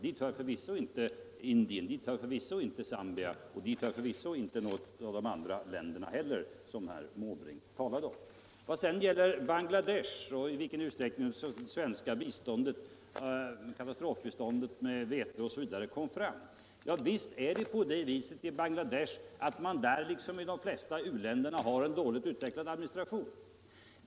Dit hör inte Indien, dit hör inte Zambia och dit hör inte heller något av de andra länder herr Måbrink talade om. Några ord om Bangladesh och i vilken utsträckning det svenska katastrofbiståndet — bestående av vete m.m. — kom fram. Visst har man i Bangladesh som i de flesta u-länder en dåligt utvecklad administration.